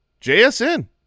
JSN